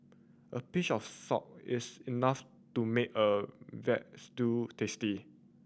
a pinch of salt is enough to make a veal stew tasty